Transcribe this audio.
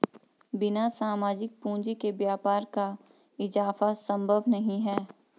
बिना सामाजिक पूंजी के व्यापार का इजाफा संभव नहीं है